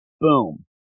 Boom